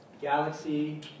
galaxy